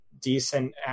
decent